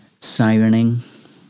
sirening